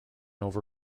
over